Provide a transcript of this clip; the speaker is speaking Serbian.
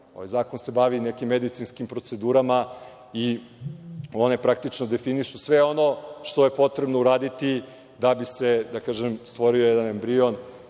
zakon se bavi nekim medicinskim procedurama i one praktično definišu sve ono što je potrebno uraditi da bi se stvorio jedan embrion